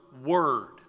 word